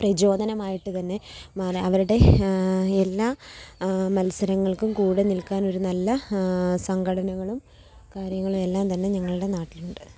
പ്രചോദനമായിട്ട് തന്നെ മാറുക അവരുടെ എല്ലാ മത്സരങ്ങൾക്കും കൂടെ നിൽക്കാൻ ഒരു നല്ല സംഘടനകളും കാര്യങ്ങളും എല്ലാം തന്നെ ഞങ്ങളുടെ നാട്ടിലുണ്ട്